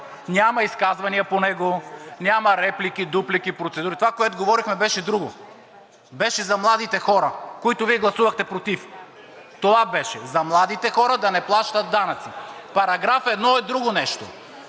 няма изказвания по него, няма реплики, дуплики, процедури. Това, което говорихме, беше друго. Беше за младите хора, които Вие гласувахте против. Това беше, за младите хора да не плащат данъци. Параграф 1 е друго нещо.